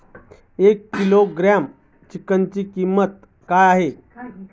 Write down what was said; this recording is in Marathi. एक किलोग्रॅम चिकनची किंमत काय आहे?